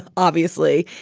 obviously.